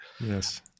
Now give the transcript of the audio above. Yes